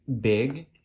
Big